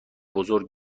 بزرگ